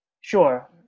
sure